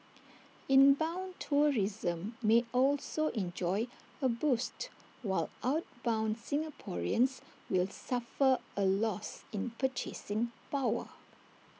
inbound tourism may also enjoy A boost while outbound Singaporeans will suffer A loss in purchasing power